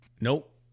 Nope